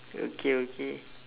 okay okay